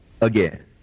again